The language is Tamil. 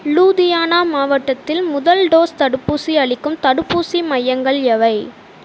லூதியானா மாவட்டத்தில் முதல் டோஸ் தடுப்பூசி அளிக்கும் தடுப்பூசி மையங்கள் எவை